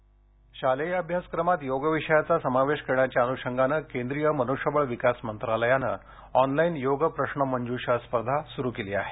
योग प्रश्नमंजषा शालेय अभ्यासक्रमात योग विषयाचा समावेश करण्याच्या अनुशंगाने केंद्रीय मनुष्यबळ विकास मंत्रालयानं ऑनलाईन योग प्रश्नमंजुषा स्पर्धा सुरु केली आहे